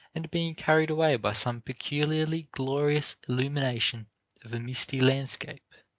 and being carried away by some peculiarly glorious illumination of a misty landscape.